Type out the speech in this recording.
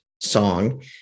song